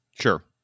Sure